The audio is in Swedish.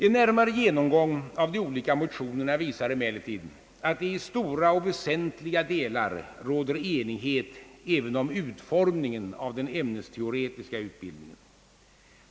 En närmare genomgång av de olika motionerna visar emellertid, att det i stora och väsentliga delar råder enighet även om utformningen av den ämnesteoretiska utbildningen.